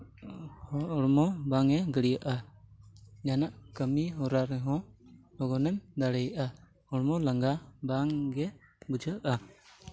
ᱦᱚᱲᱢᱚ ᱵᱟᱝᱼᱮ ᱜᱟᱹᱲᱭᱟᱹᱜᱼᱟ ᱡᱟᱦᱟᱱᱟᱜ ᱠᱟᱹᱢᱤ ᱦᱚᱨᱟ ᱨᱮᱦᱚᱸ ᱞᱚᱜᱚᱱᱮᱢ ᱫᱟᱲᱮᱭᱟᱜᱼᱟ ᱦᱚᱲᱢᱚ ᱞᱟᱸᱜᱟ ᱵᱟᱝᱜᱮ ᱵᱩᱡᱷᱟᱹᱜᱼᱟ